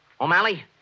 O'Malley